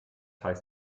heißt